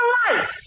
life